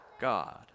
God